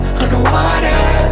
underwater